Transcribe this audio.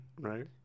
right